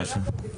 מה השם?